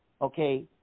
Okay